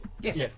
Yes